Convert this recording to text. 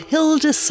Hilda